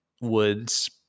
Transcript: woods